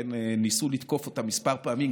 ניסו לתקוף אותה כמה פעמים,